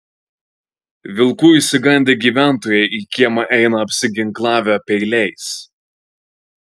vilkų išsigandę gyventojai į kiemą eina apsiginklavę peiliais